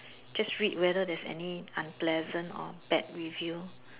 just read whether there is any unpleasant or bad review